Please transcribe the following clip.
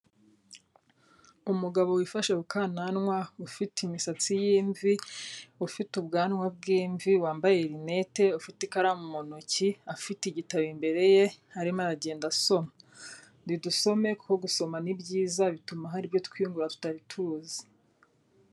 Umugabo wifashe ku kananwa ufite imisatsi y'imvi. Ufite ubwanwa bw'imvi. Wambaye lunette. Ufite ikaramu mu ntoki. Afite igitabo imbere ye arimo aragenda asoma. Nidusome kuko gusoma ni byiza, bituma hari ibyo twiyungura tutari tuzi.